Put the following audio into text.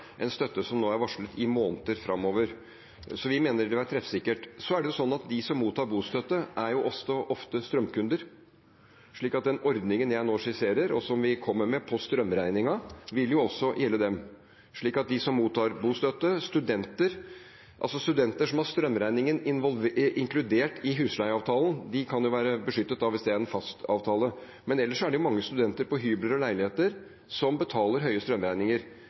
en støtte som nå er varslet i måneder framover, så vi mener det vil være treffsikkert. De som mottar bostøtte, er også ofte strømkunder, så den ordningen jeg nå skisserer, som vi kommer med når det gjelder strømregningen, vil også gjelde dem. Når det gjelder studenter, kan studenter som har strømregningen inkludert i husleieavtalen, være beskyttet hvis det er en fastavtale, men ellers er det mange studenter på hybler og i leiligheter som betaler høye strømregninger.